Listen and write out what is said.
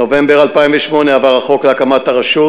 בנובמבר 2008 עבר בכנסת החוק להקמת הרשות,